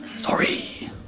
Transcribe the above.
Sorry